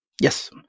Yes